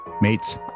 Mates